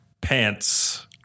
pants